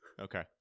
Okay